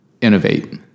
innovate